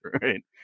right